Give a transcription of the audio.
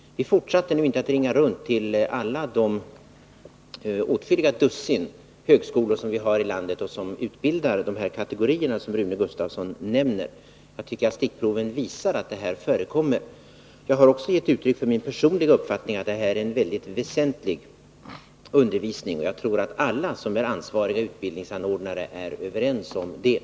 Vi fortsatte inte att ringa runt till alla de högskolor vi har i landet som utbildar de kategorier som Rune Gustavsson nämner. Jag tycker emellertid att stickproven visar att sådan undervisning förekommer. Jag har också givit uttryck för min personliga uppfattning, att detta är en mycket väsentlig undervisning, och jag tror att alla ansvariga utbildningsanordnare är överens om det.